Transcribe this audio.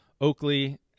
Oakley